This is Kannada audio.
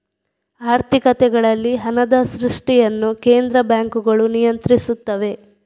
ಆರ್ಥಿಕತೆಗಳಲ್ಲಿ ಹಣದ ಸೃಷ್ಟಿಯನ್ನು ಕೇಂದ್ರ ಬ್ಯಾಂಕುಗಳು ನಿಯಂತ್ರಿಸುತ್ತವೆ